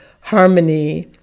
harmony